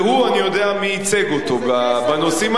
אני יודע מי ייצג אותו בנושאים האלה.